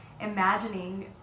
imagining